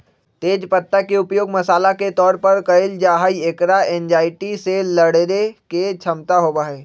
तेज पत्ता के उपयोग मसाला के तौर पर कइल जाहई, एकरा एंजायटी से लडड़े के क्षमता होबा हई